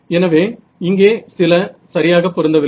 எனவே இங்கே சில சரியாகப் பொருந்தவில்லை